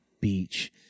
beach